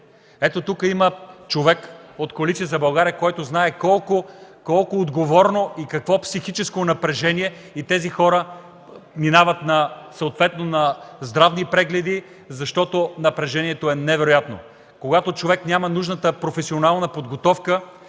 Тук има човек от Коалиция за България, който знае колко е отговорно и какво психическо напрежение минават тези хора на здравни прегледи, защото напрежението е невероятно. Когато човек няма нужната професионална подготовка,